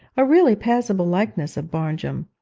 a really passable likeness of barnjum.